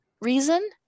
reason